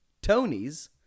Tony's